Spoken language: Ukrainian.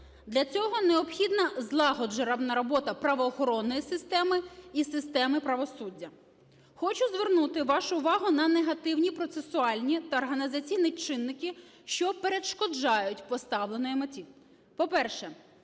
Для цього необхідна злагоджена робота правоохоронної системи і системи правосуддя. Хочу звернути вашу увагу на негативні процесуальні та організаційні чинники, що перешкоджають поставленій меті.